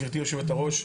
גבירתי יושבת הראש,